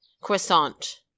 croissant